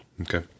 Okay